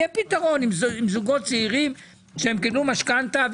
יהיה פתרון לזוגות צעירים שקיבלו משכנתה,